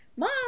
Mom